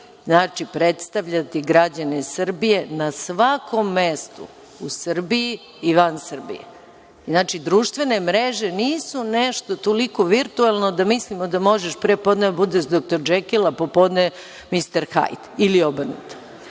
znači, predstavljati građane Srbije na svakom mestu u Srbiji i van Srbije. Znači, društvene mreže nisu nešto toliko virtuelno da mislimo da možeš pre podne da bude dr Džekil, a popodne ministar Hajd ili obrnuto.